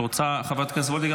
חברת הכנסת וולדיגר,